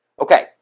Okay